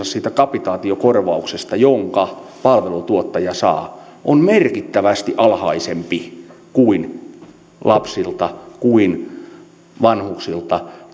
siitä kapitaatiokorvauksesta jonka palveluntuottaja saa on merkittävästi alhaisempi kuin lapsilta kuin vanhuksilta